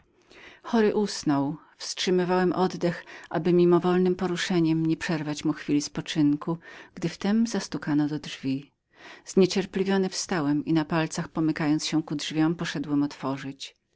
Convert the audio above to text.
chory usnął wstrzymywałem oddech aby mimowolnem poruszeniem nie przerwać mu chwili spoczynku gdy wtem zastukano do drzwi zniecierpliwiony wstałem i na palcach pomykając się ku drzwiom poszedłem otworzyć